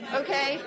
okay